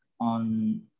on